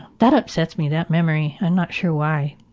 that upsets me. that memory, i'm not sure why.